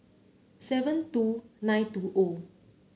seven two nine two o